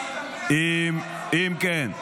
כן,